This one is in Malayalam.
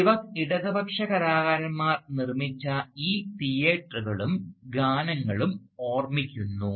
സ്പിവക് ഇടതുപക്ഷ കലാകാരന്മാർ നിർമ്മിച്ച ഈ തിയേറ്ററുകളും ഗാനങ്ങളും ഓർമ്മിക്കുന്നു